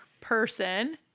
person